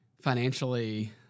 financially